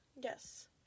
Yes